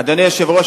אדוני היושב-ראש,